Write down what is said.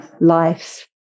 Life